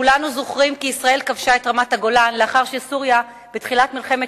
כולנו זוכרים כי ישראל כבשה את רמת-הגולן לאחר שסוריה בתחילת מלחמת